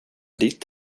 ditt